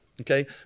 Okay